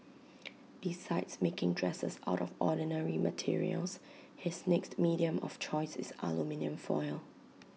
besides making dresses out of ordinary materials his next medium of choice is aluminium foil